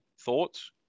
Thoughts